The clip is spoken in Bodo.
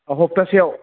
सप्तासेयाव